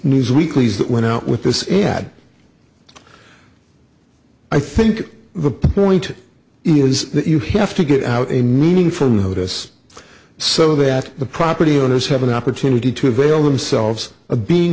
news weeklies that went out with this ad i think the point here is that you have to get out a meeting from notice so that the property owners have an opportunity to avail themselves of be